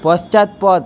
পশ্চাৎপদ